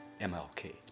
MLK